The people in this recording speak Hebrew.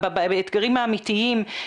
באתגרים האמיתיים,